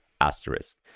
asterisk